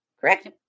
Correct